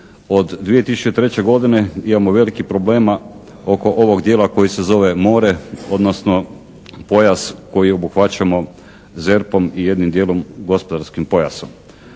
od 2003. godine imamo velikih problema oko ovog dijela koji se zove more, odnosno pojas koji obuhvaćamo ZERP-om i jednim dijelom gospodarskim pojasom.